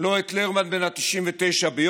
לא את לרמן בן ה-99 ביוקנעם,